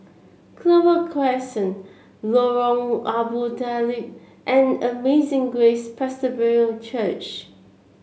Clover Crescent Lorong Abu Talib and Amazing Grace Presbyterian Church